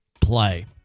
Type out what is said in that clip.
play